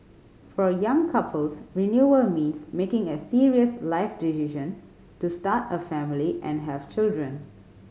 for young couples renewal means making a serious life decision to start a family and have children